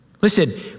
Listen